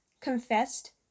confessed